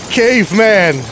caveman